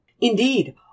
Indeed